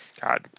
God